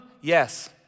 yes